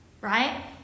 right